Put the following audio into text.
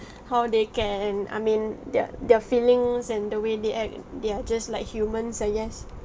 how they ca and I mean their their feelings and the way they act they are just like humans ah yes